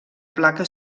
placa